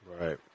Right